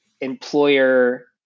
employer